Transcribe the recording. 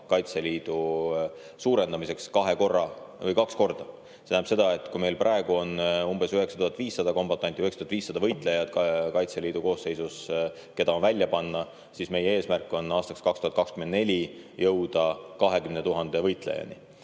võitleva osa suurendamiseks kaks korda. See tähendab seda, et kui meil praegu on umbes 9500 kombatanti ehk võitlejat Kaitseliidu koosseisus, keda saab välja panna, siis meie eesmärk on aastaks 2024 jõuda 20 000 võitlejani.